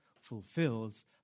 fulfills